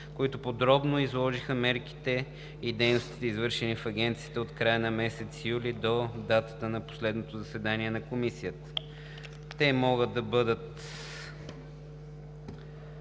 които подробно изложиха мерките и дейностите, извършени в Агенцията от края на месец юли до датата на последното ѝ заседание. Те могат да бъдат